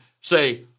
say